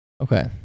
Okay